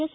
S